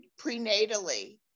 prenatally